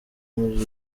muri